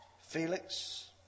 Felix